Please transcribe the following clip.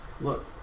look